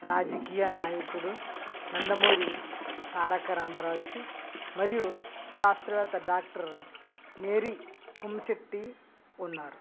రాజకీయ నాయకుడు నందమూరి తారకరామరాజు మరియు శాస్త్రవేత్త డాక్టర్ మేరీ కుమ్మిశెట్టి ఉన్నారు